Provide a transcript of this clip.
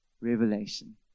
Revelation